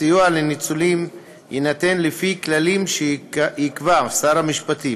הסיוע לניצולים יינתן לפי כללים שיקבע שר המשפטים,